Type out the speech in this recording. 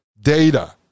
data